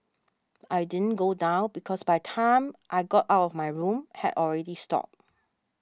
I didn't go down because by time I got out of my room had already stopped